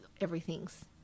everything's